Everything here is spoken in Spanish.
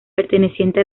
perteneciente